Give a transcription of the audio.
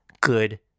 good